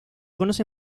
conoce